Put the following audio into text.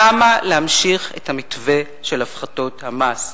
למה להמשיך את המתווה של הפחתות המס?